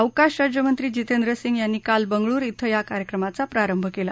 अवकाश राज्यमंत्री जितेंद्र सिंग यांनी काल बंगळुरु ििं या कार्यक्रमाचा प्रारंभ केला